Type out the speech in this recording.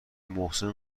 محسن